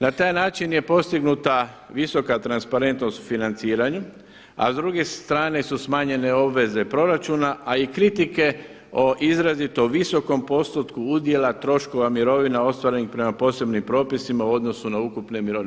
Na taj način je postignuta visoka transparentnost u financiranju a s druge strane su smanjenje obveze proračuna a i kritike o izrazito visokom postotku udjela troškova mirovina ostvarenih prema posebnim propisima u odnosu na ukupne mirovine.